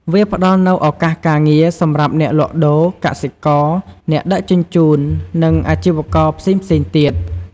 វាផ្តល់នូវ ឱកាសការងារ សម្រាប់អ្នកលក់ដូរ កសិករ អ្នកដឹកជញ្ជូន និងអាជីវករផ្សេងៗទៀត។